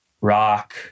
rock